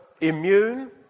Immune